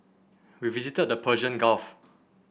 we visited the Persian Gulf